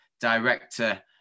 director